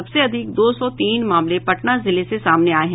सबसे अधिक दो सौ तीन मामले पटना जिले से सामने आये हैं